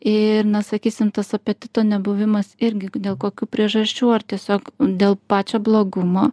ir na sakysim tas apetito nebuvimas irgi dėl kokių priežasčių ar tiesiog dėl pačio blogumo